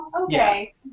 Okay